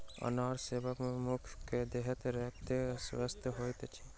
अनार सेवन मे मनुख के देहक रक्त स्वच्छ होइत अछि